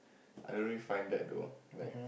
I don't really find that though like